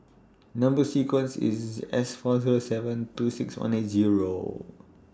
Number sequence IS S four Zero seven two six one eight Zero